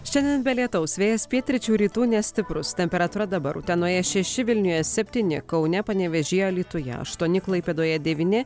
šiandien be lietaus vėjas pietryčių rytų nestiprus temperatūra dabar utenoje šeši vilniuje septyni kaune panevėžyje alytuje aštuoni klaipėdoje devyni